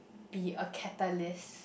be a catalyst